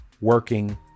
working